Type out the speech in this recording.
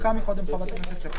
חברת הכנסת שקד